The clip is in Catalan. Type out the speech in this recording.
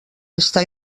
està